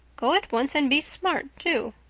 go at once and be smart too.